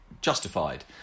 justified